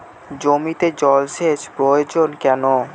জমিতে জল সেচ প্রয়োজন কেন?